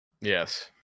yes